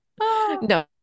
no